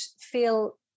feel